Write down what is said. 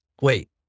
Wait